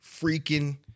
freaking